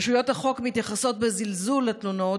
רשויות החוק מתייחסות בזלזול לתלונות,